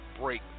break